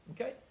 okay